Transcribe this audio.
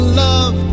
love